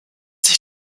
sich